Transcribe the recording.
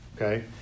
Okay